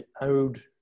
owed